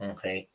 Okay